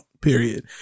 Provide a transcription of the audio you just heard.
Period